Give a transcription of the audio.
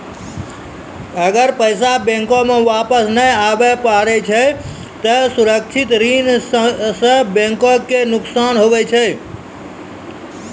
अगर पैसा बैंको मे वापस नै आबे पारै छै ते असुरक्षित ऋण सं बैंको के नुकसान हुवै छै